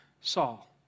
Saul